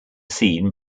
seen